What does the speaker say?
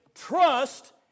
trust